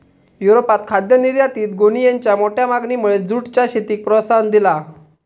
युरोपात खाद्य निर्यातीत गोणीयेंच्या मोठ्या मागणीमुळे जूटच्या शेतीक प्रोत्साहन दिला